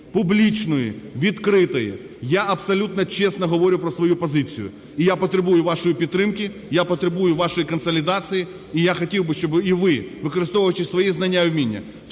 публічної, відкритої. Я абсолютно чесно говорю про свою позицію. І я потребую вашої підтримки, я потребую вашої консолідації. І я хотів би, щоб і ви, використовуючи свої знання і вміння,